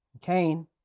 Cain